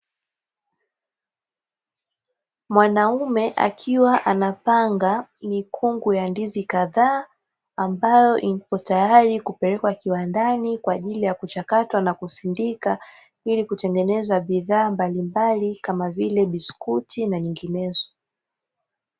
Mwanaume akiwa anapanga mikungu ya ndizi kadhaa, ambayo ipo tayari kupelekwa kiwandani kwaajili ya kuchakatwa na kusindika, ili kutengeneza bidhaa mbalimbali kama vile; biskuti na nyinginezo.